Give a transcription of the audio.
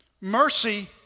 Mercy